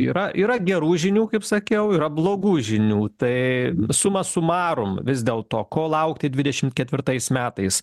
yra yra gerų žinių kaip sakiau yra blogų žinių tai suma sumarum vis dėl to ko laukti dvidešimt ketvirtais metais